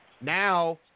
Now